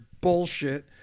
bullshit